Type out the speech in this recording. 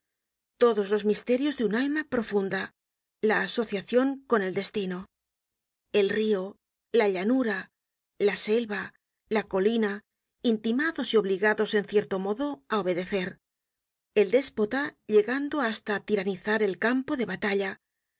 todos los misterios de un alma profunda la asociacion con el destino el rio la llanura la selva la colina intimados y obligados en cierto modo á obedecer el déspota llegando hasta tiranizar el campo de batalla